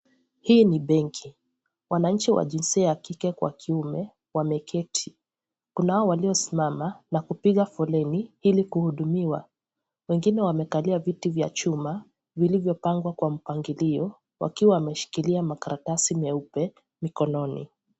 Hili ni benki mwananchi wa jinsia ya kike kwa kiume wameketi kunao walio simama na kupiga foleni ili kuhudumiwa wengine wamekalia viti vya chuma vilivyopangwa kwa mpangilio wakiwa wameshikilia makaratasi meupe mikononi.